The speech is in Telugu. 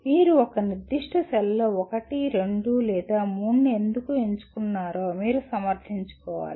మీరు ఒక నిర్దిష్ట సెల్లో 1 2 లేదా 3 ని ఎందుకు ఎంచుకున్నారో మీరు సమర్థించుకోవాలి